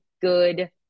good